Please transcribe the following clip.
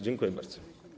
Dziękuję bardzo.